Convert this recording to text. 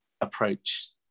approach